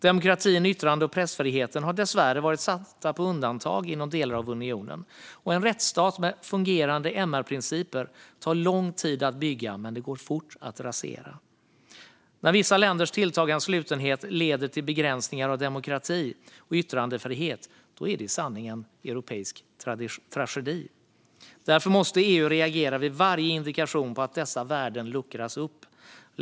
Demokratin och yttrande och pressfriheten är dessvärre satta på undantag inom delar av unionen. En rättsstat med fungerande MR-principer tar lång tid att bygga men går fort att rasera. När vissa länders tilltagande slutenhet leder till begränsningar av demokrati och yttrandefrihet är det i sanning en europeisk tragedi. Därför måste EU reagera vid varje indikation på att dessa värden luckras upp.